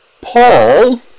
Paul